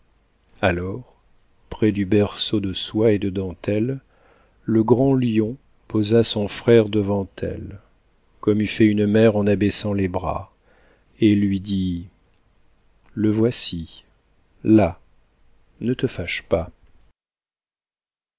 alors près du berceau de soie et de dentelle le grand lion posa son frère devant elle comme eût fait une mère en abaissant les bras et lui dit le voici là ne te fâche pas